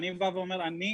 אני בא ואומר: אנחנו,